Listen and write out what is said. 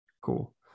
cool